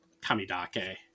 Kamidake